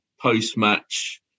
post-match